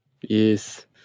Yes